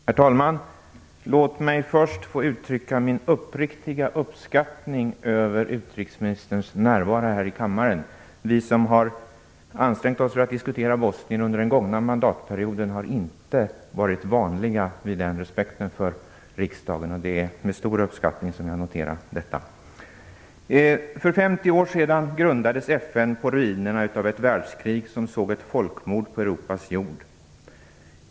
Herr talman! Låt mig först få uttrycka min uppriktiga uppskattning över utrikesministerns närvaro här i kammaren. Vi som har ansträngt oss för att diskutera Bosnien under den gångna mandatperioden har inte varit vana vid den respekten för riksdagen. Det är med stor uppskattning som jag noterar det här. För 50 år sedan grundades FN på ruinerna av ett världskrig. Man såg ett folkmord på Europas jord.